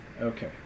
Okay